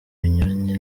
binyuranye